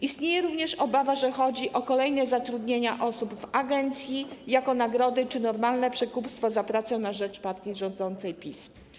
Istnieje również obawa, że chodzi o kolejne zatrudnienia osób w agencji w ramach nagrody czy jako normalne przekupstwo za pracę na rzecz partii rządzącej, PiS.